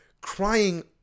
crying